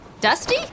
Dusty